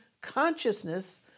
consciousness